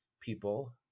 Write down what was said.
people